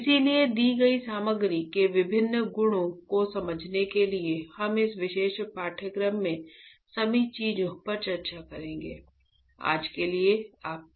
इसलिए किसी दी गई सामग्री के विभिन्न गुणों को समझने के लिए हम इस विशेष पाठ्यक्रम में सभी चीजों पर चर्चा करेंगे